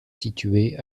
situé